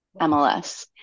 MLS